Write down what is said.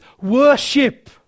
worship